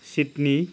Sydney